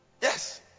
Yes